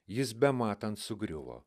jis bematant sugriuvo